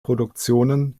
produktionen